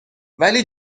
ولی